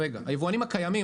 היבואנים הקיימים.